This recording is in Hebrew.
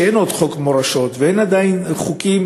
כשאין עוד חוק מורשות ואין עדיין חוקים